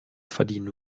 verdienen